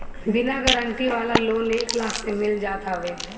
बिना गारंटी वाला लोन एक लाख ले मिल जात हवे